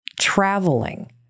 traveling